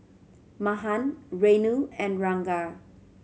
Mahan Renu and Ranga